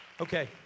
Okay